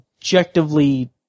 objectively